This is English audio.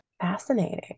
fascinating